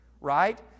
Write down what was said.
right